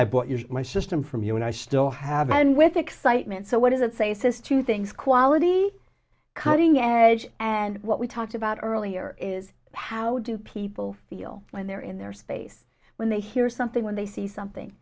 i bought my system from you and i still have and with excitement so what does it say says two things quality cutting edge and what we talked about earlier is how do people feel when they're in their space when they hear something when they see something